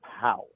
power